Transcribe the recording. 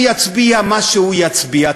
הוא יצביע מה שהוא יצביע,